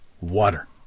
water